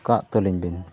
ᱠᱟᱜ ᱛᱟᱹᱞᱤᱧ ᱵᱮᱱ